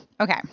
Okay